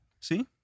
See